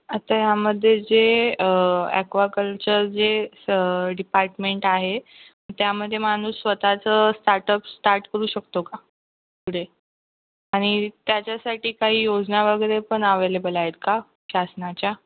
आता यामध्ये जे अक्वाकल्चर जे स डिपार्टमेंट आहे त्यामध्ये माणूस स्वतःचं स्टार्टअप स्टार्ट करू शकतो का पुढे आणि त्याच्यासाठी काही योजना वगैरे पण अवेलेबल आहेत का शासनाच्या